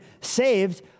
saved